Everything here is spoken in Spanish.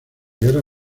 guerra